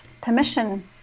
permission